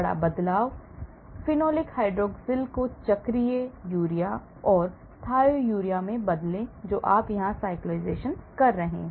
बड़ा बदलाव phenolic hydroxyl को चक्रीय urea or thiourea में बदलें जो आप यहाँ cyclisation कर रहे हैं